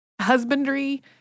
husbandry